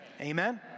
Amen